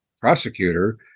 prosecutor